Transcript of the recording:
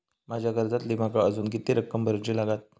माझ्या कर्जातली माका अजून किती रक्कम भरुची लागात?